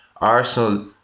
Arsenal